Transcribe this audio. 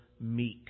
meek